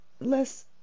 less